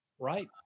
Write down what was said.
Right